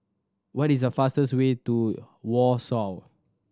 what is the fastest way to Warsaw